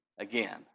again